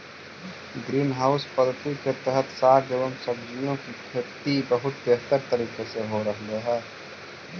green house पद्धति के तहत साग एवं सब्जियों की खेती बहुत बेहतर तरीके से हो रहलइ हे